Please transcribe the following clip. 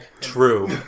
True